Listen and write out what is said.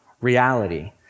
reality